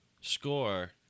score